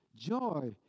joy